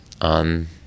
on